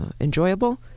enjoyable